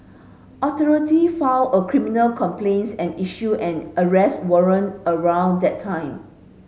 authority filed a criminal complaints and issued an arrest warrant around that time